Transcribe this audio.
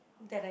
that I